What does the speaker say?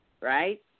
right